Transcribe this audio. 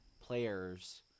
players